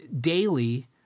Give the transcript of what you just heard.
daily